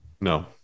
No